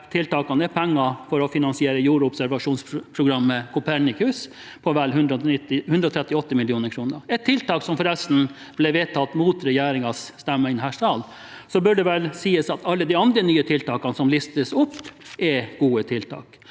tiltakene er penger til å finansiere jordobservasjonsprogrammet Copernicus til vel 138 mill. kr, et tiltak som forresten ble vedtatt mot regjeringens stemmer i denne sal. Så burde det sies at alle de andre nye tiltakene som listes opp, er gode tiltak.